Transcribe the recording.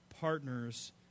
partners